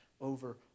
over